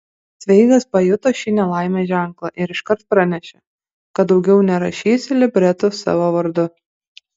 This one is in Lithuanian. cveigas pajuto šį nelaimės ženklą ir iškart pranešė kad daugiau nerašys libretų savo vardu